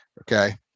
okay